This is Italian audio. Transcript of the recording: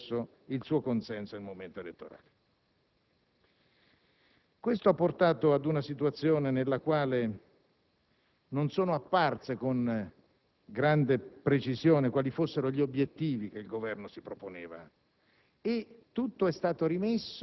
il popolo italiano aveva espresso il suo consenso al momento delle elezioni. Questo ha portato ad una situazione nella quale non sono apparsi con grande precisione gli obiettivi che il Governo si proponeva